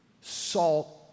Salt